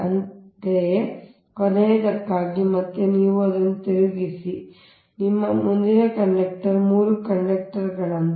ಅಂತೆಯೇ ಕೊನೆಯದಕ್ಕೆ ಮತ್ತೆ ನೀವು ಅದನ್ನು ತಿರುಗಿಸಿ ಇದು ನಿಮ್ಮ ಕಂಡಕ್ಟರ್ ಈ 3 ಕಂಡಕ್ಟರ್ ಗಳಂತೆ